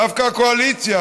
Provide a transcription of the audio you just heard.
דווקא הקואליציה,